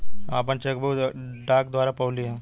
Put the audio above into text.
हम आपन cheque book डाक द्वारा पउली है